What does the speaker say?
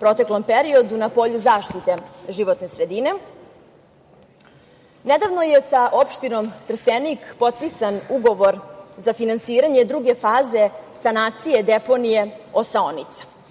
proteklom periodu na polju zaštite životne sredine. Nedavno je sa opštinom Trstenik potpisan ugovor za finansiranje Druge faze sanacije deponije „Osaonica“.